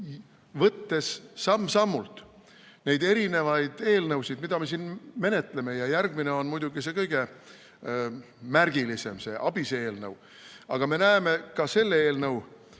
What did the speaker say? võttes samm-sammult neid erinevaid eelnõusid, mida me siin menetleme, ja järgmine on muidugi see kõige märgilisem, see ABIS-e eelnõu, aga me näeme selle eelnõu